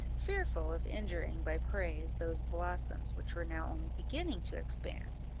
fearful of injuring by praise those blossoms which were now only beginning to expand